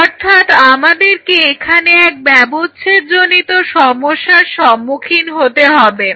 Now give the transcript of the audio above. অর্থাৎ আমাদেরকে এখানে এক ব্যবচ্ছেদজনিত সমস্যার সম্মুখীন হতে হবে